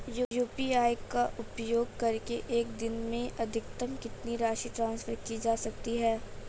UPI का उपयोग करके एक दिन में अधिकतम कितनी राशि ट्रांसफर की जा सकती है?